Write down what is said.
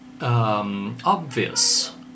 obvious